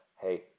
hey